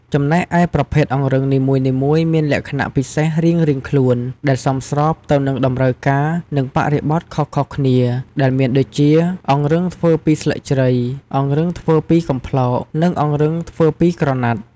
ចំណែកឯប្រភេទអង្រឹងនីមួយៗមានលក្ខណៈពិសេសរៀងៗខ្លួន ដែលសមស្របទៅនឹងតម្រូវការ និងបរិបទខុសៗគ្នា ដែលមានដូចជា អង្រឹងធ្វើពីស្លឹកជ្រៃ អង្រឹងធ្វើពីកំប្លោក និងអង្រឹងធ្វើពីក្រណាត់។